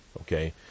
Okay